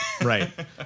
right